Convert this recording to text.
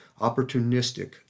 opportunistic